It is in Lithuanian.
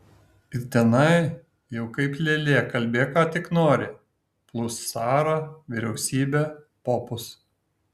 ir tenai jau kaip lėlė kalbėk ką tik nori plūsk carą vyriausybę popus